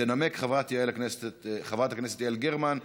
תנמק חברת הכנסת יעל גרמן,